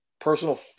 personal